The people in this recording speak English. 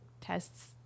tests